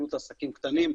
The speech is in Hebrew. הסוכנות לעסקים קטנים,